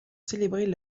célébrer